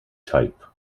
type